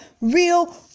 real